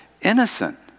innocent